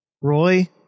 roy